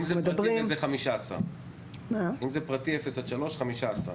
אם זה פרטי, אפס עד שלוש, וזה 15?